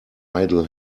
idle